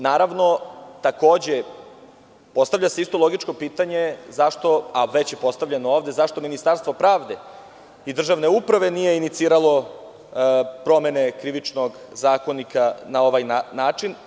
Naravno, postavlja se isto logičko pitanje zašto, a već je postavljeno ovde, Ministarstvo pravde i državne uprave nije iniciralo promene Krivičnog zakonika na ovaj način?